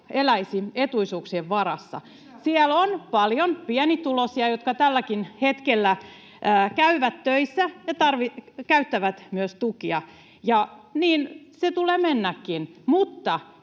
[Jussi Saramon välihuuto] Siellä on paljon pienituloisia, jotka tälläkin hetkellä käyvät töissä ja käyttävät myös tukia, ja niin sen tulee mennäkin.